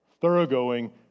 Thoroughgoing